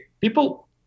people